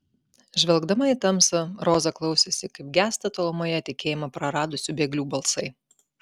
žvelgdama į tamsą roza klausėsi kaip gęsta tolumoje tikėjimą praradusių bėglių balsai